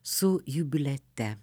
su jubiliate